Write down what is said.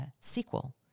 sequel